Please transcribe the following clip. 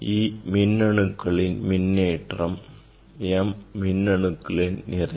e மின்னணுக்களின் மின்னேற்றம் m மின்னணுக்களின் நிறை